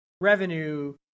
revenue